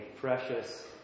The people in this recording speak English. precious